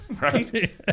Right